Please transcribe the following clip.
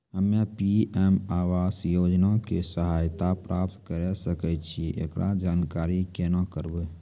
हम्मे पी.एम आवास योजना के सहायता प्राप्त करें सकय छियै, एकरो जानकारी केना करबै?